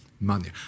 money